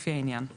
לפי העניין";